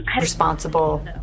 Responsible